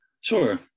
Sure